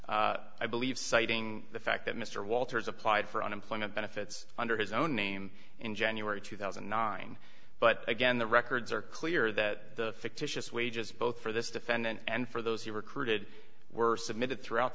scheme i believe citing the fact that mr walters applied for unemployment benefits under his own name in january two thousand and nine but again the records are clear that the fictitious wages both for this defendant and for those he recruited were submitted throughout